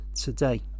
today